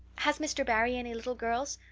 has mr. barry any little girls?